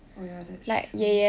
oh ya that's true